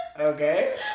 Okay